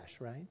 right